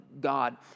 God